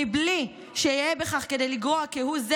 מבלי שיהא בכך כדי לגרוע כהוא זה